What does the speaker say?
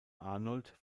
arnold